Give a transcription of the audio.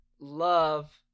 love